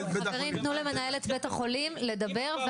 חברים, תנו למנהלת בית החולים לדבר.